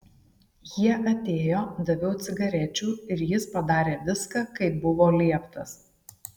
jie atėjo daviau cigarečių ir jis padarė viską kaip buvo lieptas